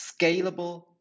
scalable